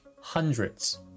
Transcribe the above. hundreds